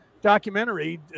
documentary